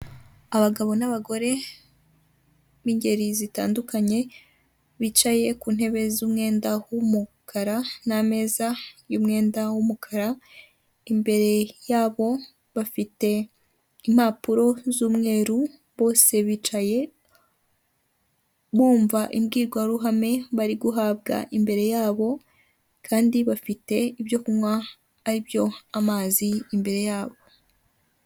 Inzu y'ubwisungane gusa hariho abakozi ba emutiyene n'abakiriya baje kugana ikigo cy'ubwisungane cyitwa buritamu, kiri mu nyubako isa n'iyubakishije amabati n'ibirahuri.